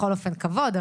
בכל אופן כבוד,